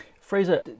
Fraser